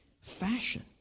fashion